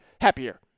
happier